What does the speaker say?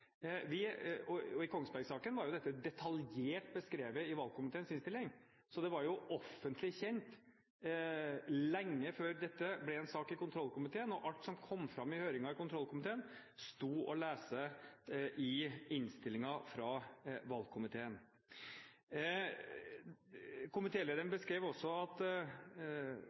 vi bruker! I Kongsberg-saken var jo dette detaljert beskrevet i valgkomiteens innstilling, så det var jo offentlig kjent lenge før dette ble en sak i kontrollkomiteen. Alt som kom fram under høringen i kontrollkomiteen, sto å lese i innstillingen fra valgkomiteen. Komitélederen beskrev også at